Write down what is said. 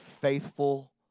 faithful